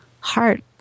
heart